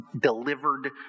delivered